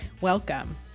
Welcome